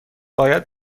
باید